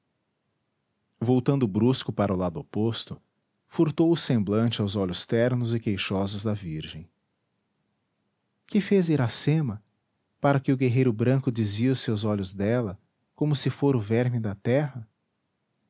voltando brusco para o lado oposto furtou o semblante aos olhos ternos e queixosos da virgem que fez iracema para que o guerreiro branco desvie seus olhos dela como se fora o verme da terra